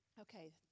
Okay